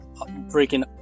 freaking